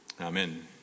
Amen